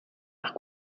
nach